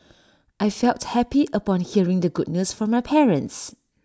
I felt happy upon hearing the good news from my parents